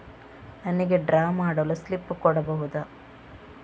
ನನಿಗೆ ಡ್ರಾ ಮಾಡಲು ಸ್ಲಿಪ್ ಕೊಡ್ಬಹುದಾ?